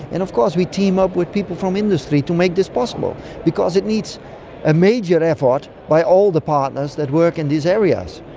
and of course we team up with people from industry to make this possible because it needs a major effort by all the partners that work in these areas,